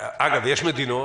אגב, יש מדינות,